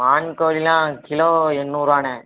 வான்கோழியெலாம் kilo எண்நூறு ரூபாணே